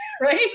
Right